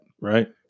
Right